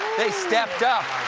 they stepped up.